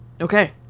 Okay